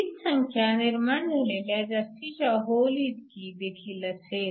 हीच संख्या निर्माण झालेल्या जास्तीच्या होल इतकीदेखील असेल